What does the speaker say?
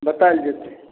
बताएल जेतै